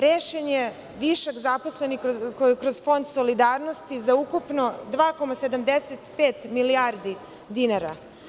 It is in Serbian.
Rešen je višak zaposlenih kroz Fond solidarnosti za ukupno 2,75 milijardi dinara.